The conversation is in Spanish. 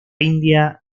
india